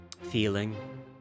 feeling